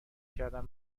کردند